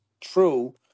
true